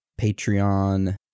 Patreon